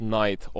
night